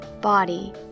body